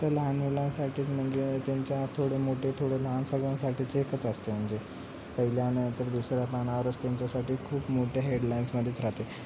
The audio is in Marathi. तर लहान मुलांसाठीच म्हणजे त्यांच्या थोडे मोठे थोडे लहान सगळ्यांसाठीच एकच असते म्हणजे पहिल्या नाही तर दुसऱ्या पानावरच त्यांच्यासाठी खूप मोठे हेडलाईन्समध्येच राहते